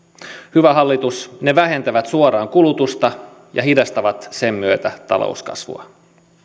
hyvä hallitus ne vähentävät suoraan kulutusta ja hidastavat sen myötä talouskasvua